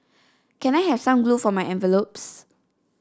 can I have some glue for my envelopes